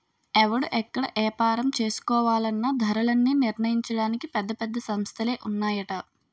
ఎవడు ఎక్కడ ఏపారం చేసుకోవాలన్నా ధరలన్నీ నిర్ణయించడానికి పెద్ద పెద్ద సంస్థలే ఉన్నాయట